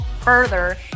further